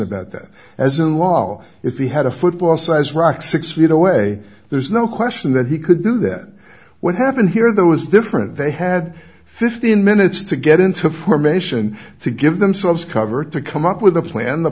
about that as in law if he had a football sized rock six feet away there's no question that he could do that what happened here that was different they had fifteen minutes to get into formation to give themselves cover to come up with a plan the